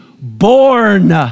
born